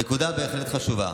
נקודה בהחלט חשובה.